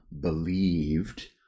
believed